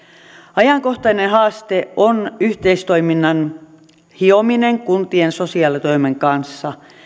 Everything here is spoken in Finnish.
ajankohtainen haaste on yhteistoiminnan hiominen kuntien sosiaalitoimen kanssa